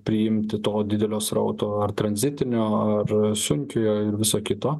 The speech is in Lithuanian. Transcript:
priimti to didelio srauto ar tranzitinio ar sunkiojo ir viso kito